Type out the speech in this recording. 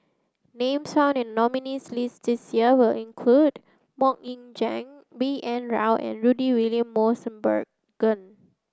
names found in nominees' list this year will include Mok Ying Jang B N Rao and Rudy William Mosbergen